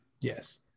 yes